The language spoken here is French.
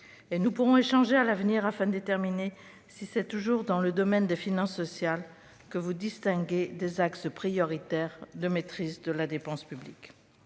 avoir des échanges, afin de déterminer si c'est toujours dans le domaine des finances sociales que vous distinguez des axes prioritaires de maîtrise de la dépense publique.